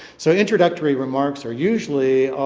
so introductory remarks are usually,